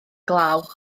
glaw